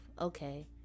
okay